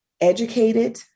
educated